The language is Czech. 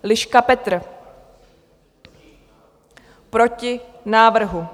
Liška Petr: Proti návrhu.